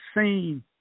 seen